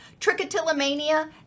trichotillomania